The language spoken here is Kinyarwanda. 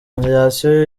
federasiyo